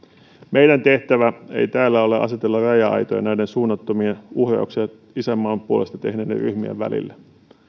meidän tehtävämme ei täällä ole asetella raja aitoja näiden suunnattomia uhrauksia isänmaan puolesta tehneiden ryhmien välille